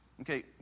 Okay